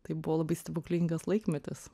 tai buvo labai stebuklingas laikmetis